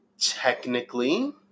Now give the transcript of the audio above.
Technically